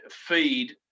feed